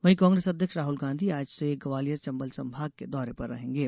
वहीं कांग्रेस अध्यक्ष राहुल गांधी आज से ग्वालियर चंबल संभाग के दौरे पर रहेंगे